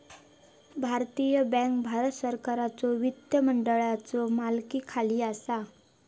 भारतीय बँक भारत सरकारच्यो वित्त मंत्रालयाच्यो मालकीखाली असा